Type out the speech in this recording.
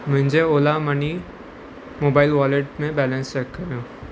मुंहिंजे Ola money mobile wallet में balance check कयो